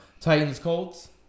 Titans-Colts